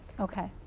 okay,